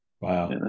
wow